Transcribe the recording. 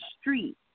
street